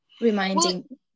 reminding